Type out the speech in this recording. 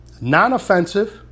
Non-offensive